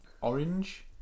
orange